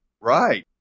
Right